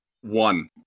One